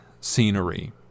scenery